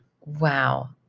Wow